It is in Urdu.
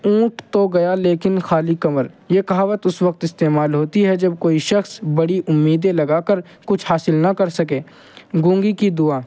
اونٹ تو گیا لیکن خالی کنول یہ کہاوت اس وقت استعمال ہوتی ہے جب کوئی شخص بڑی امیدیں لگا کر کچھ حاصل نہ کر سکے گونگی کی دعا